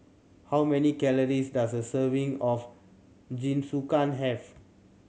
how many calories does a serving of Jinsukan have